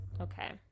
Okay